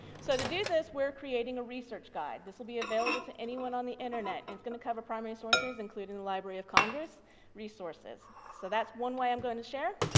so to do this we're creating a research guide. this will be available to anyone on the internet and it's going to cover primary sources including the library of congress resources so that's one way i'm going to share.